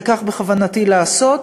וכך בכוונתי לעשות.